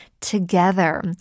together